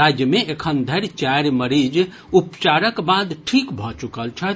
राज्य मे एखन धरि चारि मरीज उपचारक बाद ठीक भऽ चुकल छथि